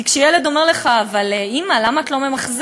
כי כשילד אומר לך: אבל אימא, למה את לא ממחזרת?